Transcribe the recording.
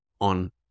on